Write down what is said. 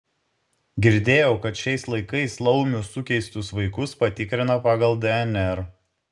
girdėjau kad šiais laikais laumių sukeistus vaikus patikrina pagal dnr